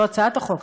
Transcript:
לא הצעת החוק,